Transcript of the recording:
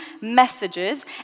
messages